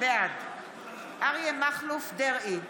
בעד אריה מכלוף דרעי,